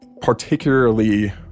particularly